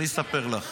אני אספר לך.